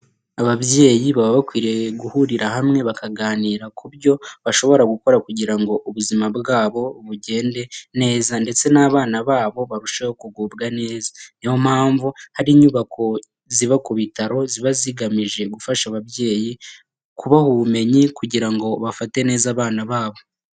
Ababyeyi baba bakwiriye guhurira hamwe, bakaganira ku byo bashobora gukora kugira ngo ubuzima bwabo bugende neza ndetse n'abana babo barusheho kugubwa neza, niyo mpamvu hari inyubako ziba ku bitaro ziba zigamije gufasha ababyeyi, kubaha ubumenyi kugira ngo bafate neza abana babo.